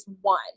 one